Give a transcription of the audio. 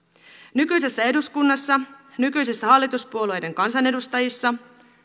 nykyisessä eduskunnassa nykyisissä hallituspuolueiden kansanedustajissa